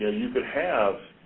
you could have